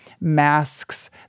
masks